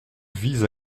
vise